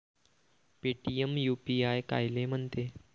Paytm UPI कायले म्हनते?